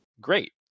great